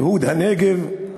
ייהוד הנגב,